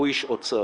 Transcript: הוא איש אוצר,